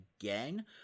again